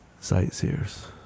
Sightseers